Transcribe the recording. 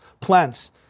plants